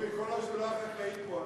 אורי, כל השדולה החקלאית פה.